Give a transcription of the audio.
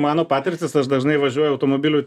mano patirtys aš dažnai važiuoju automobilių